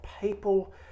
people